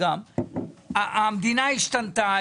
המדינה השתנתה,